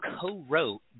co-wrote